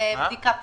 בדיקה פשוטה.